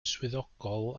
swyddogol